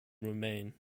remain